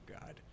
God